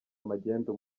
magendu